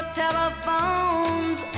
telephones